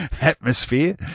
atmosphere